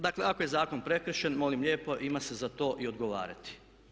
Dakle, ako je zakon prekršen molim lijepo ima se za to i odgovarati.